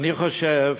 אני חושב